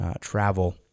travel